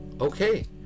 Okay